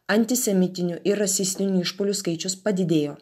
antisemitinių ir rasistinių išpuolių skaičius padidėjo